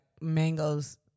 mangoes